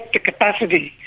the capacity,